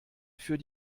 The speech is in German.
für